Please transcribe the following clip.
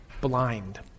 blind